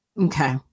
okay